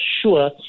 sure